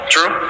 True